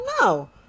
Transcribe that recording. no